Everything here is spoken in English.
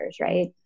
right